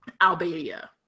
Albania